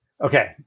Okay